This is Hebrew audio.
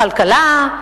בכלכלה,